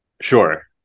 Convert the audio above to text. Sure